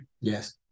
Yes